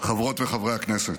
חברות וחברי הכנסת,